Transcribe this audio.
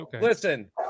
Listen